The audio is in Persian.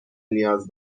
نیاز